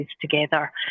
together